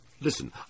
Listen